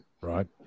right